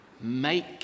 Make